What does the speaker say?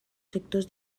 sectors